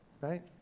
right